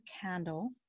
candle